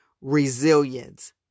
resilience